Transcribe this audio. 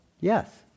Yes